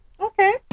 Okay